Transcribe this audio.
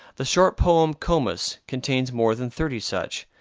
the short poem comus contains more than thirty such,